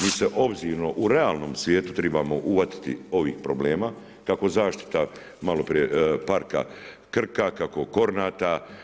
Mi se obzirno u realnom svijetu tribamo uhvatiti ovih problema kako zaštita parka Krka, kako Kornata.